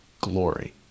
glory